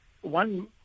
one